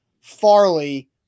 Farley